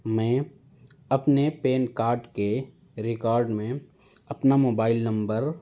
میں اپنے PAN card کے ریکارڈ میں اپنا موبائل نمبر